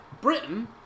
Britain